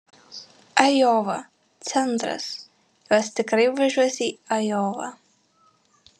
ajova centras jos tikrai važiuos į ajovą